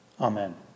Amen